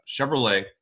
Chevrolet